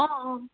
অঁ অঁ